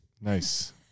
nice